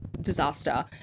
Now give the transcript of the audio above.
disaster